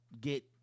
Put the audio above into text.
get